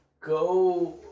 go